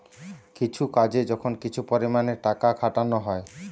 কিছু কাজে যখন কিছু পরিমাণে টাকা খাটানা হয়